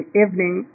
evening